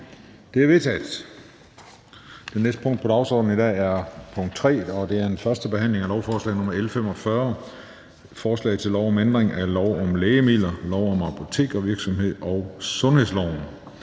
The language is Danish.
Det er vedtaget. --- Det næste punkt på dagsordenen er: 3) 1. behandling af lovforslag nr. L 45: Forslag til lov om ændring af lov om lægemidler, lov om apoteksvirksomhed og sundhedsloven.